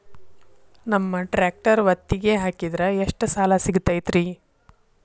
ನಮ್ಮ ಟ್ರ್ಯಾಕ್ಟರ್ ಒತ್ತಿಗೆ ಹಾಕಿದ್ರ ಎಷ್ಟ ಸಾಲ ಸಿಗತೈತ್ರಿ?